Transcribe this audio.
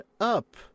up